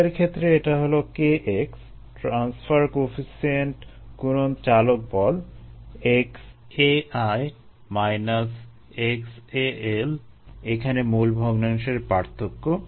তরলের ক্ষেত্রে এটা হলো kx ট্রান্সফার কোয়েফিসিয়েন্ট গুণন চালক বল এখানে মোল ভগ্নাংশের পার্থক্য